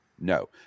No